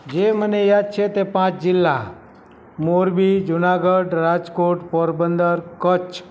જે મને યાદ છે તે પાંચ જિલ્લા મોરબી જુનાગઢ રાજકોટ પોરબંદર કચ્છ